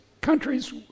countries